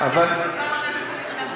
כמה כסף,